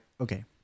okay